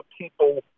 people